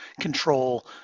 control